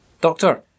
Doctor